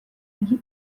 میگه